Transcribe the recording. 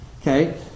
Okay